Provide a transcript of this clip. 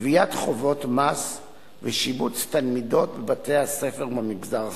גביית חובות מס ושיבוץ תלמידות בבתי-הספר במגזר החרדי.